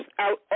out